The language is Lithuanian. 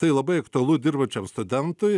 tai labai aktualu dirbančiam studentui